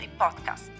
Podcast